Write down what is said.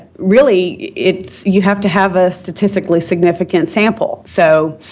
really, it's you have to have a statistically significant sample, so,